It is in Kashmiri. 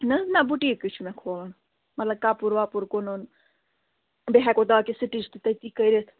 نہَ حظ نہَ بُٹیٖکٕے چھُ مےٚ کھولُن مطلب کَپُر وَپُر کٕنُن بیٚیہِ ہٮ۪کو داکِس سِٹِچ تہِ تٔتی کٔرِتھ